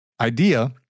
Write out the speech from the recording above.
idea